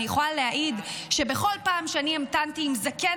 אני יכולה להעיד שבכל פעם שהמתנתי עם זקן